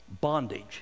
bondage